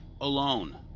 alone